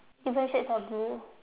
different shades of blue